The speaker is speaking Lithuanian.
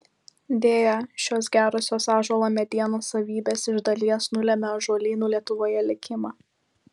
deja šios gerosios ąžuolo medienos savybės iš dalies nulėmė ąžuolynų lietuvoje likimą